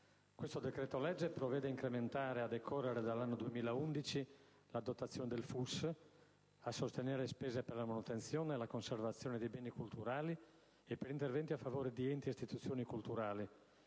questo decreto-legge provvede a incrementare, a decorrere dall'anno 2011, la dotazione del Fondo unico per lo spettacolo (FUS), a sostenere spese per la manutenzione e conservazione dei beni culturali e per interventi a favore di enti ed istituzioni culturali;